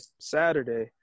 Saturday